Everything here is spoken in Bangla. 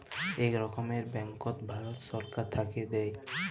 ইক রকমের ব্যাংকট ভারত ছরকার থ্যাইকে দেয়